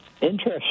Interesting